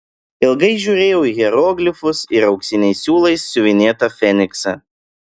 ilgai žiūrėjau į hieroglifus ir auksiniais siūlais siuvinėtą feniksą